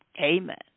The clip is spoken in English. Amen